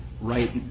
right